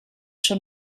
schon